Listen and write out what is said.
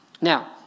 Now